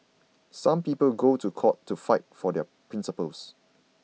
some people go to court to fight for their principles